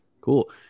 cool